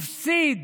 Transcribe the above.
הפסיד,